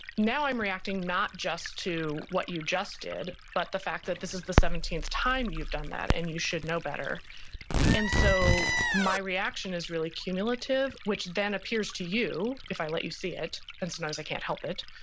now i'm reacting not just to what you just did, but the fact that this is the seventeenth time you've done that and you should know better and so my reaction is really cumulative, which then appears to you if i let you see it. and sometimes i can't help it,